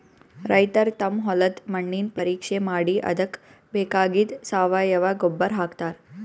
ರೈತರ್ ತಮ್ ಹೊಲದ್ದ್ ಮಣ್ಣಿನ್ ಪರೀಕ್ಷೆ ಮಾಡಿ ಅದಕ್ಕ್ ಬೇಕಾಗಿದ್ದ್ ಸಾವಯವ ಗೊಬ್ಬರ್ ಹಾಕ್ತಾರ್